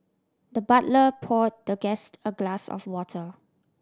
the butler pour the guest a glass of water